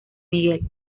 miguel